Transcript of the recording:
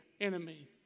enemy